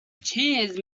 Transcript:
cheers